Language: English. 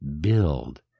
build